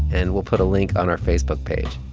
and we'll put a link on our facebook page